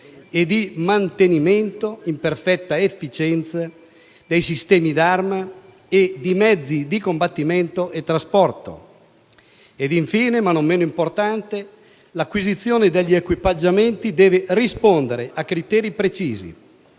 e di mantenimento in perfetta efficienza dei sistemi d'arma e dei mezzi di combattimento e trasporto. Ed infine, ma non meno importante, l'acquisizione degli equipaggiamenti deve rispondere a criteri precisi: